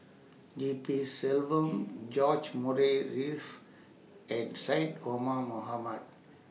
G P Selvam George Murray Reith and Syed Omar Mohamed